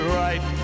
right